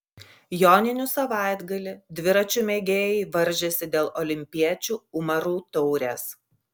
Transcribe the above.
joninių savaitgalį dviračių mėgėjai varžėsi dėl olimpiečių umarų taurės